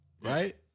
Right